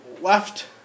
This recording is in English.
left